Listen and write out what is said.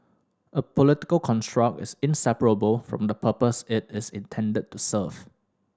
a political construct is inseparable from the purpose it is intended to serve